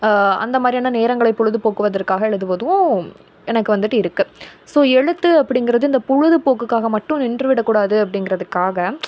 அந்த மாதிரியான நேரங்களை பொழுது போக்குவதற்காக எழுதுவதும் எனக்கு வந்துட்டு இருக்குது ஸோ எழுத்து அப்படிங்கறது இந்த பொழுது போக்குக்காக மட்டும் நின்று விடக்கூடாது அப்படிங்கறதுக்காக